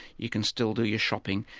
you can still do your shopping,